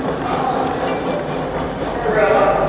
oh, miss marilla,